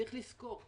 צריך לזכור,